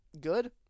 good